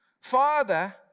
Father